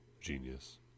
genius